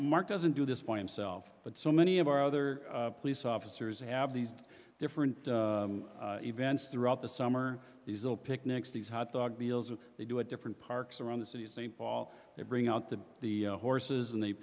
mark doesn't do this point self but so many of our other police officers have these different events throughout the summer these little picnics these hot dog deals and they do it different parks around the city of st paul they bring out the the horses and they